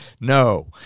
No